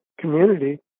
community